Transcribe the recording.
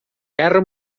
guerra